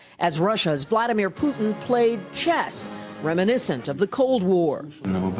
as russia's vladimir putin played chess reminiscent of the cold war.